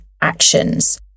actions